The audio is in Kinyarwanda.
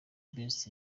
best